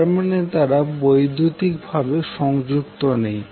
তারমানে তারা বৈদ্যুতিকভাবে সংযুক্ত নেই